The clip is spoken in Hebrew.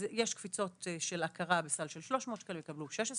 אז יש קפיצות של הכרה בסל של 300 שקלים יקבלו 16 שקלים.